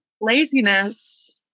Laziness